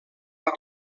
per